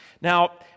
Now